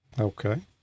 Okay